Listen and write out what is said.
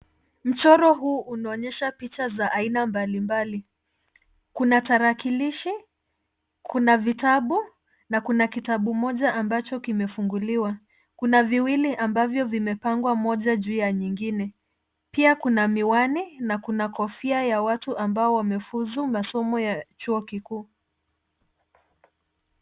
Mchoro huu unonyesha picha za aina mbalimbali. Kuna tarakilishi, kuna vitabu na kitabu moja ambacho kimefunguliwa, kuna viwili ambavyo vimepangwa moja juu ya nyingine. Pia kuna miwani na kuna kofia ya watu ambao wamefuzu masomo ya chuo kikuu.